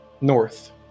north